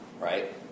Right